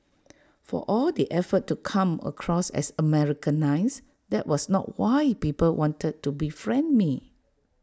for all the effort to come across as Americanised that was not why people wanted to befriend me